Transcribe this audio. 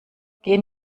gehen